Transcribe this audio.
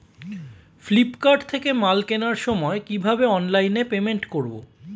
Flipkart থেকে মাল কেনার সময় কিভাবে অনলাইনে পেমেন্ট করব?